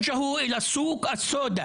(חוזר על דבריו בשפה הערבית).